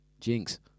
Jinx